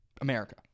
America